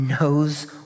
knows